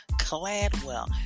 Cladwell